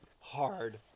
hard